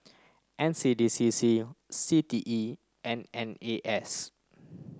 N C D C C C T E and N A S